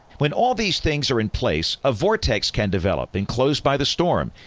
when all these things are in place, a vortex can develop enclosed by the storm,